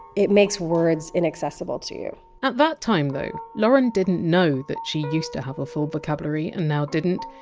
it makes words inaccessible to you at that time, though, lauren didn! t know that she used to have a full vocabulary and now didn! t,